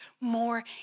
more